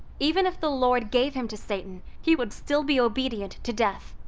even if the lord gave him to satan, he would still be obedient to death.